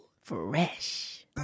Fresh